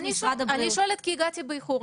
אני שואלת כי הגעתי באיחור,